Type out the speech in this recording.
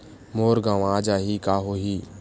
मोर गंवा जाहि का होही?